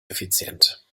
effizient